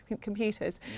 computers